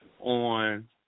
on